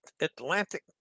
Atlantic